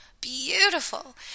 beautiful